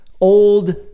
old